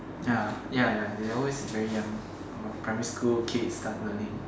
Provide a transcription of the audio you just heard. ya ya ya they always very young a lot primary school kids start learning